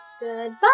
Goodbye